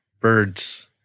birds